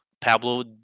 pablo